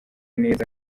neza